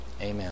amen